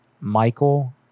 michael